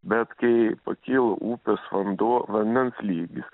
bet kai pakyla upės vanduo vandens lygis